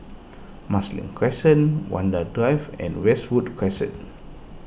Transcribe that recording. Marsiling Crescent Vanda Drive and Westwood Crescent